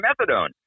methadone